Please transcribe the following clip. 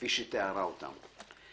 כפי שתיארה אותם.